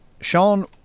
sean